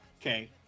Okay